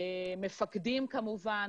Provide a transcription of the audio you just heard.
מפקדים כמובן.